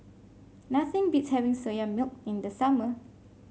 nothing beats having Soya Milk in the summer